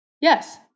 Yes